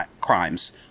crimes